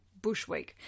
Bushweek